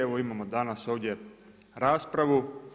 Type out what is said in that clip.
Evo imamo danas ovdje raspravu.